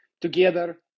together